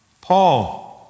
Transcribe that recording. Paul